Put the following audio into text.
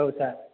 औ सार